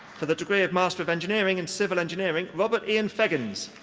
for the degree of master of engineering in civil engineering, robert ian feggans.